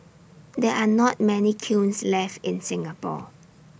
there are not many kilns left in Singapore